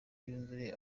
yuzure